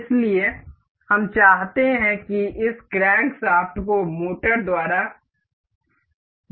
इसलिए हम चाहते हैं कि इस क्रैंकशाफ्ट को मोटर द्वारा घुमाया जाए